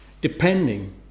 depending